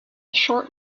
short